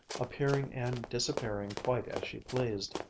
appearing and disappearing quite as she pleased.